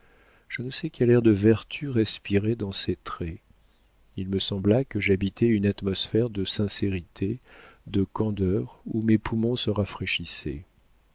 je ne sais quel air de vertu respirait dans ses traits il me sembla que j'habitais une atmosphère de sincérité de candeur où mes poumons se rafraîchissaient